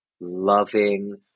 loving